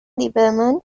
liberman